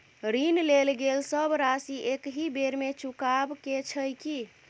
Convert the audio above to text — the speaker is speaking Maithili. ऋण लेल गेल सब राशि एकहि बेर मे चुकाबऽ केँ छै की?